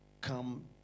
Come